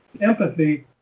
empathy